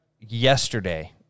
yesterday –